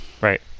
right